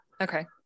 okay